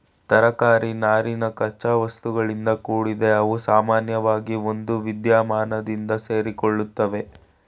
ತರಕಾರಿ ನಾರಿನ ಕಚ್ಚಾವಸ್ತುಗಳಿಂದ ಕೂಡಿದೆ ಅವುಸಾಮಾನ್ಯವಾಗಿ ಒಂದುವಿದ್ಯಮಾನದಿಂದ ಸೇರಿಕೊಳ್ಳುತ್ವೆ